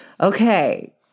Okay